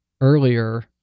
earlier